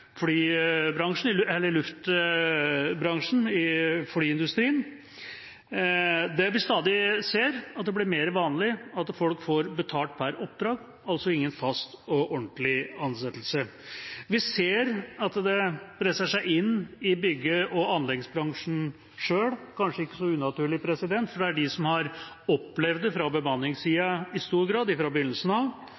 i flyindustrien, der vi stadig ser at det blir mer vanlig at folk får betalt per oppdrag, altså ingen fast og ordentlig ansettelse. Vi ser at det presser seg inn i bygg- og anleggsbransjen – kanskje ikke så unaturlig, for det er de som i stor grad har opplevd det på bemanningssiden fra